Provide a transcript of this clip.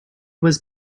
was